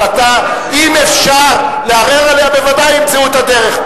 אם אפשר לערער עליה בוודאי ימצאו את הדרך.